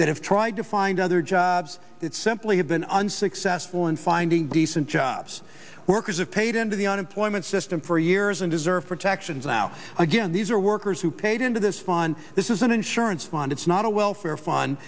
that have tried to find other jobs that simply have been unsuccessful in finding decent jobs workers have paid into the unemployment system for years and deserve protections now again these are workers who paid into this fun this is an insurance fund it's not a welfare fund